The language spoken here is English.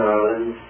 Ireland